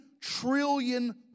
trillion